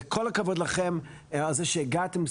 וכל הכבוד לכם על זה שהגעתם,